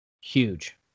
Huge